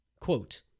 Quote